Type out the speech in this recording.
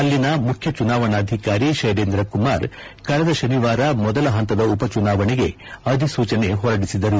ಅಲ್ಲಿಯ ಮುಖ್ಯಚುನಾವಣಾಧಿಕಾರಿ ಶೈಲೇಂದ್ರಕುಮಾರ್ ಕಳೆದ ಕನಿವಾರ ಮೊದಲ ಹಂತದ ಉಪಚುನಾವಣೆಗೆ ಅಧಿಸೂಚನೆಯನ್ನು ಹೊರಿಡಿಸಿದರು